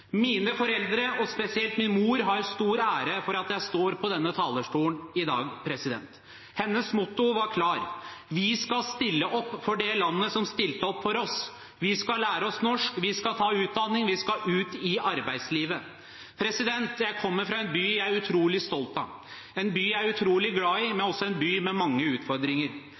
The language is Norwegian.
Mine foreldre og spesielt min mor har stor ære for at jeg står på denne talerstolen i dag. Hennes motto var klart: Vi skal stille opp for det landet som stilte opp for oss. Vi skal lære oss norsk. Vi skal ta utdanning. Vi skal ut i arbeidslivet. Jeg kommer fra en by jeg er utrolig stolt av, en by jeg er utrolig glad i, men også en by med mange utfordringer.